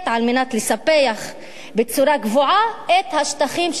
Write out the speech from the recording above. לספח בצורה קבועה את השטחים שכבשה.